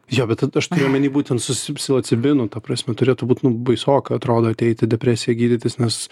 jo bet a aš turiu omeny būtent su psilocibinu ta prasme turėtų būt nu baisoka atrodo ateiti depresiją gydytis nes